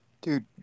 Dude